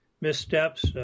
missteps